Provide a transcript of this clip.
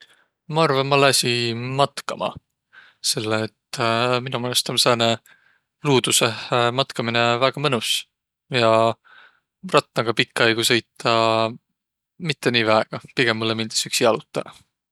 Ma arva, ma lääsiq matkama, selle et mino meelest om sääne luudusõh matkaminõ väega mõnus ja rattaga pikkä aigu sõitaq mitte nii väega. Pigem mullõ miildüs iks jalotaq.